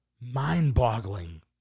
mind-boggling